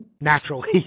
naturally